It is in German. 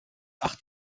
acht